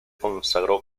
consagró